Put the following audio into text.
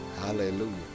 Hallelujah